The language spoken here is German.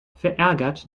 verärgert